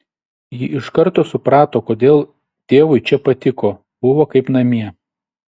ji iš karto suprato kodėl tėvui čia patiko buvo kaip namie